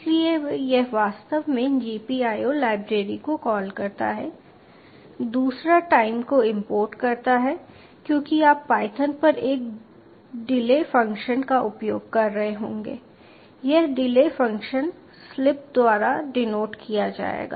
इसलिए यह वास्तव में GPIO लाइब्रेरी को कॉल करता है दूसरा टाइम को इंपोर्ट करता है क्योंकि आप पायथन पर एक डिले फ़ंक्शन का उपयोग कर रहे होंगे यह डिले फ़ंक्शन स्लीप द्वारा डिनोट किया जाएगा